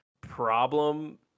problem